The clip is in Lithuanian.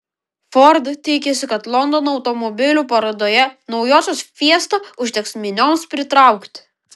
ford tikisi kad londono automobilių parodoje naujosios fiesta užteks minioms pritraukti